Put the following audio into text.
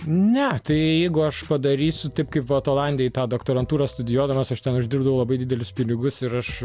ne tai jeigu aš padarysiu taip kaip vat olandijoj į tą doktorantūrą studijuodamas aš ten uždirbdavau labai didelius pinigus ir aš